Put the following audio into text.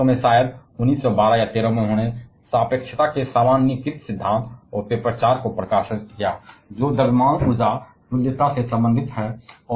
बाद के वर्ष में शायद 1912 या 13 में उन्होंने सापेक्षता के सामान्यीकृत सिद्धांत और पेपर 4 को प्रकाशित किया जो इस बड़े पैमाने पर तुल्यता से संबंधित है